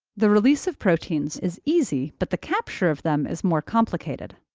the release of proteins is easy, but the capture of them is more complicated.